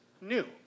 new